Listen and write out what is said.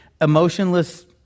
emotionless